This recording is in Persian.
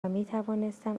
میتوانستم